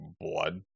blood